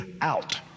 out